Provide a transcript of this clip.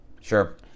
Sure